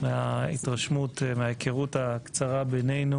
מההתרשמות, מההיכרות הקצרה ביננו